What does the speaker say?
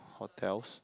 hotels